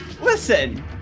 Listen